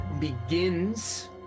begins